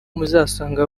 muzasanga